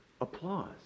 applause